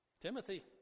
Timothy